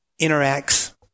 interacts